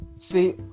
See